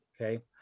Okay